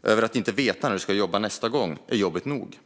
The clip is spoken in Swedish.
och inte veta när du ska jobba nästa gång är jobbigt nog.